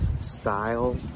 style